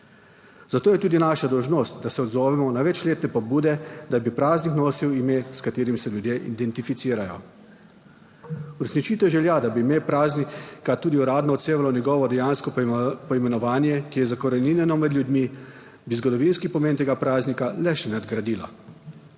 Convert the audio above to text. Zato je tudi naša dolžnost, da se odzovemo na večletne pobude, da bi praznik nosil ime, s katerim se ljudje identificirajo. Uresničitev želja, da bi ime praznika tudi uradno odsevalo njegovo dejansko poimenovanje, ki je zakoreninjeno med ljudmi, bi zgodovinski pomen tega praznika le še nadgradila.